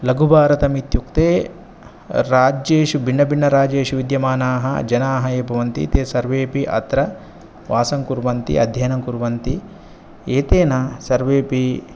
लघुभारतमित्युक्ते राज्येषु भिन्नभिन्नराज्येषु विद्यमानाः जनाः ये भवन्ति ते सर्वेऽपि अत्र वासं कुर्वन्ति अध्ययनं कुर्वन्ति एतेन सर्वेऽपि